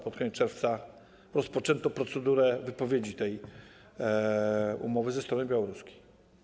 Pod koniec czerwca rozpoczęto procedurę wypowiedzi tej umowy ze strony białoruskiej.